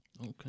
Okay